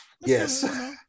yes